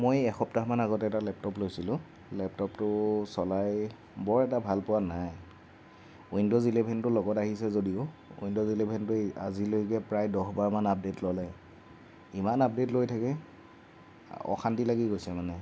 মই এসপ্তাহ মান আগত এটা লেপটপ লৈছিলোঁ লেপটপটো চলাই বৰ এটা ভালপোৱা নাই উইণ্ডজ ইলেভেনটো লগত আহিছে যদিও উইণ্ডজ ইলেভেনটোৱে আজিলৈকে প্ৰায় দহ বাৰ মান আপডেট ল'লে ইমান আপডেট লৈ থাকে অশান্তি লাগি গৈছে মানে